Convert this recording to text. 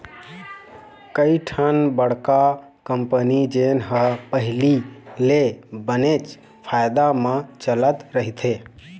कइठन बड़का कंपनी जेन ह पहिली ले बनेच फायदा म चलत रहिथे